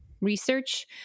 research